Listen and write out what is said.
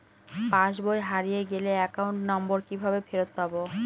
পাসবই হারিয়ে গেলে account number কিভাবে ফেরত পাব?